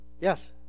Yes